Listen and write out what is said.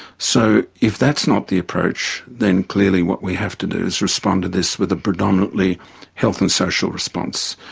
so if that's not the approach, then clearly what we have to do is respond to this with a predominantly health and social response.